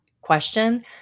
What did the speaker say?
question